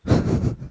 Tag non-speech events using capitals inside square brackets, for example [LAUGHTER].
[LAUGHS]